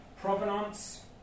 provenance